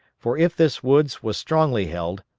for if this woods was strongly held,